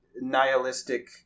nihilistic